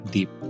Deep